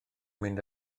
mynd